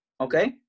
Okay